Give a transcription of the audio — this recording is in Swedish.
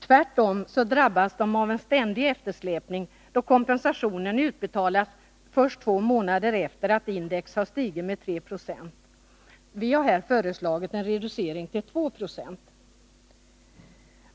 Tvärtom drabbas de av en ständig eftersläpning, då kompensationen utbetalas först två månader efter det att index har stigit med 3 20. Vi har nu föreslagit en reducering till 2 96.